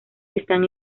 están